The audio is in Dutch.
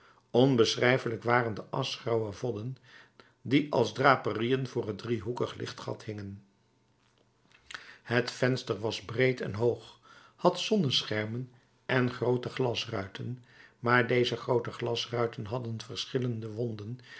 onbeschrijfelijk waren de aschgrauwe vodden die als draperieën voor het driehoekig lichtgat hingen het venster was breed en hoog had zonneschermen en groote glasruiten maar deze groote glasruiten hadden verschillende wonden